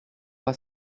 pas